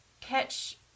catch